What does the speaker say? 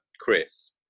Chris